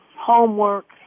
homework